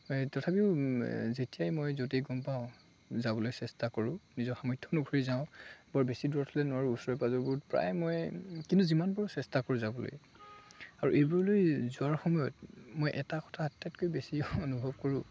হয় তথাপিও যেতিয়াই মই য'তেই গম পাওঁ যাবলৈ চেষ্টা কৰোঁ নিজৰ সামৰ্থ্য অনুসৰি যাওঁ বৰ বেছি দূৰত হ'লে নোৱাৰোঁ ওচৰে পাঁজৰেবোৰ প্ৰায় মই কিন্তু যিমান পাৰোঁ চেষ্টা কৰোঁ যাবলৈ আৰু এইবোৰলৈ যোৱাৰ সময়ত মই এটা কথা আটাইতকৈ বেছি অনুভৱ কৰোঁ